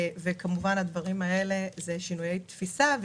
כמובן שהדברים האלה הם שינויי תפיסה,